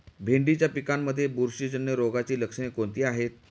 भेंडीच्या पिकांमध्ये बुरशीजन्य रोगाची लक्षणे कोणती आहेत?